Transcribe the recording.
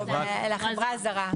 לחברה הזרה.